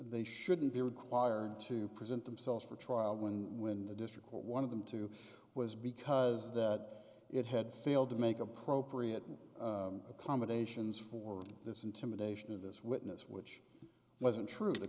they shouldn't be required to present themselves for trial when when the district one of them two was because that it had failed to make appropriate accommodations for this intimidation of this witness which wasn't true the